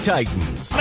Titans